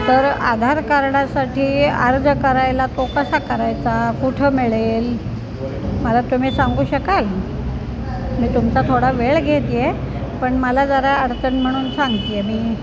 तर आधार कार्डासाठी अर्ज करायला तो कसा करायचा कुठं मिळेल मला तुम्ही सांगू शकाल मी तुमचा थोडा वेळ घेते आहे पण मला जरा अडचण म्हणून सांगते आहे मी